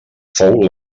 fou